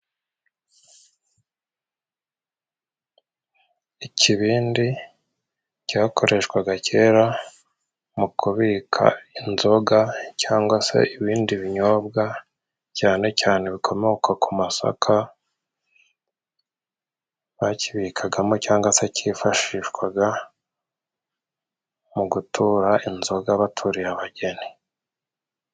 Ikibindi cyakoreshwaga kera mu kubika inzoga cyangwa se ibindi binyobwa cyane cyane bikomoka ku masaka bakibikagamo cyangwa se cyifashishwaga mu gutura inzoga baturiye abageni.